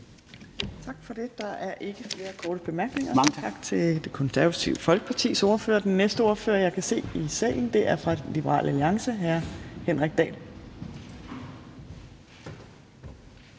Tak for det. Der er ikke flere korte bemærkninger. Tak til Det Konservative Folkepartis ordfører. Den næste ordfører, jeg kan se i salen, er fra Liberal Alliance. Hr. Henrik Dahl.